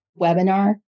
webinar